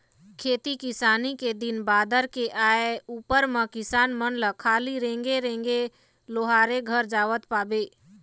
खेती किसानी के दिन बादर के आय उपर म किसान मन ल खाली रेंगे रेंगे लोहारे घर जावत पाबे